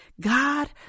God